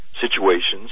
situations